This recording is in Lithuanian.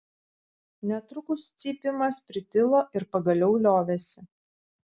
netrukus cypimas pritilo ir pagaliau liovėsi